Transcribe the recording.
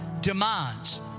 demands